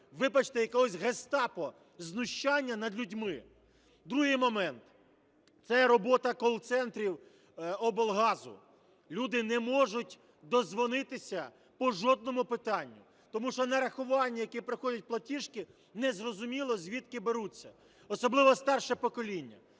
вибачте, якогось гестапо, знущання над людьми. Другий момент – це робота call-центрів облгазу. Люди не можуть додзвонитися по жодному питанню, тому що нарахування, які приходять у платіжці незрозуміло звідки беруться, особливо старше покоління.